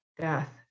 death